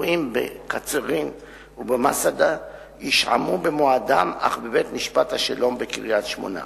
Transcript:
הקבועים בקצרין ובמסעדה יישמעו במועדם אך בבית-משפט השלום בקריית-שמונה.